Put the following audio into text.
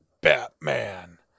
batman